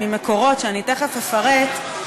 ממקורות שאני תכף אפרט,